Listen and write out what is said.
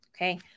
Okay